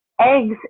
eggs